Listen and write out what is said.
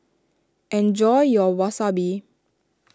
enjoy your Wasabi